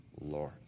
Lord